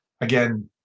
again